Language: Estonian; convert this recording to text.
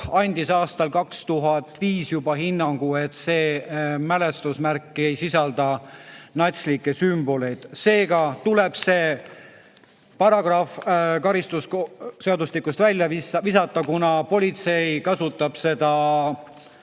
andis juba aastal 2005 hinnangu, et sellel mälestusmärgil ei ole natslikke sümboleid. Seega tuleb see paragrahv karistusseadustikust välja visata, kuna politsei kasutab seda